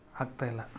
ಆಗ್ತಾಯಿಲ್ಲ